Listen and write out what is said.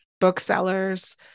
booksellers